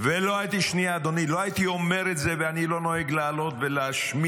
לא הייתי אומר את זה, ואני לא נוהג לעלות ולהשמיץ,